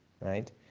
right